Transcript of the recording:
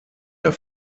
der